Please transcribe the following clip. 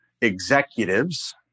executives